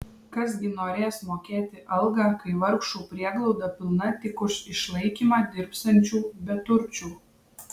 kas gi norės mokėti algą kai vargšų prieglauda pilna tik už išlaikymą dirbsiančių beturčių